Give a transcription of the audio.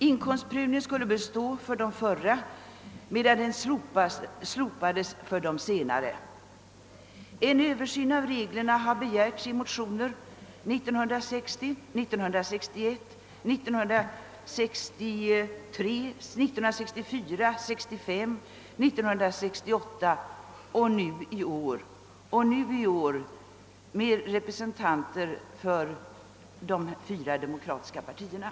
Inkomstprövningen skulle bestå för de förra medan den slopades för de senare. En översyn av reglerna har begärts i motioner 1960, 1961, 1963, 1964, 1965, 1968 och i år, nu av representanter för de fyra demokratiska partierna.